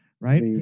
right